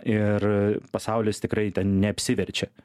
ir pasaulis tikrai ten neapsiverčia